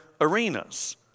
arenas